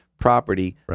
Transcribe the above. property